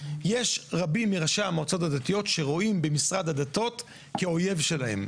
יש רבים מראשי המועצות הדתיות שרואים במשרד הדתות כאויב שלהן,